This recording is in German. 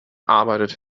arbeitet